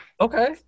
okay